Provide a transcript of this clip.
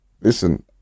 listen